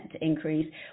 increase